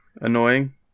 annoying